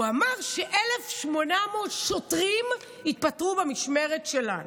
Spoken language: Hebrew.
הוא אמר ש-1,800 שוטרים התפטרו במשמרת שלנו.